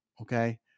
Okay